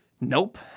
Nope